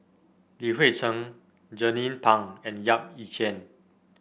Li Hui Cheng Jernnine Pang and Yap Ee Chian